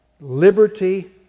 liberty